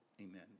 Amen